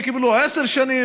ואלה שקיבלו עשר שנים,